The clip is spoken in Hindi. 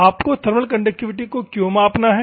आपको थर्मल कंडक्टिविटी को क्यों मापना है